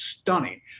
stunning